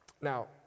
Now